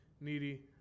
needy